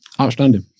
Outstanding